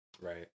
Right